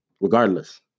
regardless